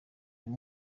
uyu